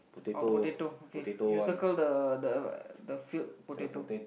our potato okay you circle the the the filled potato